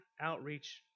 outreach